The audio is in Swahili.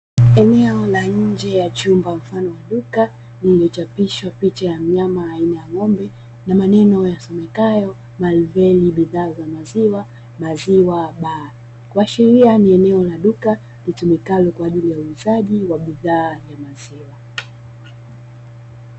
Eneo la nje ya chumba, mfano wa duka lililochapishwa picha ya mnyama aina ya ng'ombe na maneno yasomekayo Malven bidhaa za maziwa, maziwa baa, kuashiria ni eneo la duka litumikalo kwa ajili ya uuzaji wa bidhaa ya maziwa.